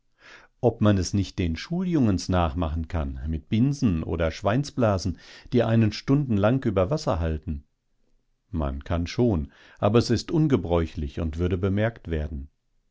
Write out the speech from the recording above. ob man es nicht den schuljungens nachmachen kann mit binsen oder schweinsblasen die einen stundenlang über wasser halten man kann schon aber es ist ungebräuchlich und würde bemerkt werden